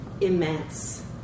immense